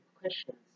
questions